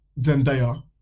Zendaya